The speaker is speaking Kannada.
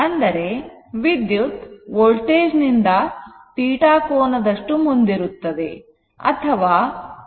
ಅಂದರೆ ವಿದ್ಯುತ್ ವೋಲ್ಟೇಜ್ ನಿಂದ θ ಕೋನದಷ್ಟು ಮುಂದಿರುತ್ತದೆ